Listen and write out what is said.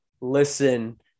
listen